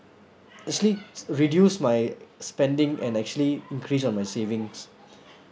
actually reduce my spending and actually increase on my savings